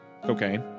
Cocaine